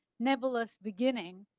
nebulous beginning